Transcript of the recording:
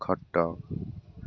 ଖଟ